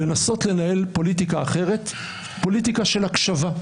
לנסות לנהל פוליטיקה אחרת, פוליטיקה של הקשבה.